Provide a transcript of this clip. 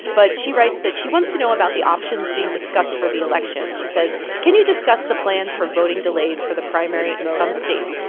but she writes that she wants to know about the options being discussed for the election. she says, can you discuss the plans for voting delays for the primary in some states?